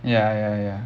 ya ya ya